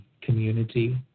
community